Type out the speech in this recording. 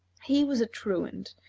he was a truant,